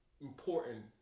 important